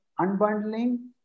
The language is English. unbundling